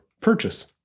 purchase